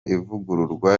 ivugururwa